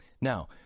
Now